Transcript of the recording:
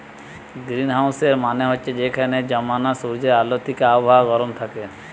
গ্রীনহাউসের মানে হচ্ছে যেখানে জমানা সূর্যের আলো থিকে আবহাওয়া গরম থাকে